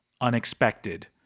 unexpected